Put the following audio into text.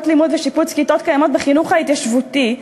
לימוד ולשיפוץ כיתות קיימות בחינוך ההתיישבותי,